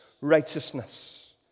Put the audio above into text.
righteousness